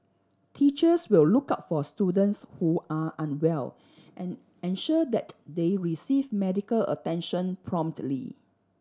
teachers will look out for students who are unwell and ensure that they receive medical attention promptly